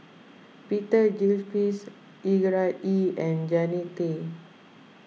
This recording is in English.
Peter Gilchrist Gerard Ee and Jannie Tay